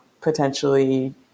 potentially